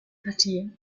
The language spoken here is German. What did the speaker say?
partie